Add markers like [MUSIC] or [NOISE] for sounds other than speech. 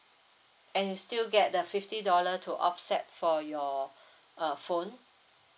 and you still get the fifty dollar to offset for your [BREATH] uh phone